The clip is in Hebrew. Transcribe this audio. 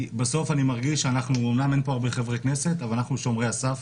בסוף אני מרגיש שאנחנו אמנם אין פה הרבה חברי כנסת שומרי הסף,